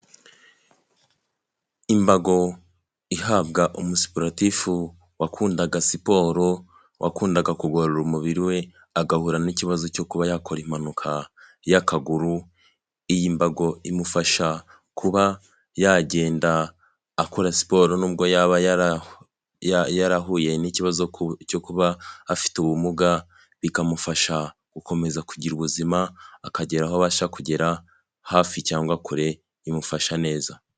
Imbago ihabwa umusipolotifu wakundaga siporo, wakundaga kugororura umubiri we agahura n'ikibazo cyo kuba yakora impanuka y'akaguru, iyi mbago imufasha kuba yagenda akora siporo n'ubwo yaba yarahuye n'ikibazo cyo kuba afite ubumuga bikamufasha gukomeza kugira ubuzima akagera aho abasha kugera hafi cyangwa kure, imufasha neza.